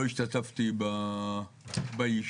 לא השתתפתי בישיבה,